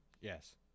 Yes